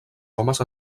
homes